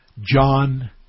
John